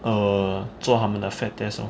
err 做他们的 fat test lor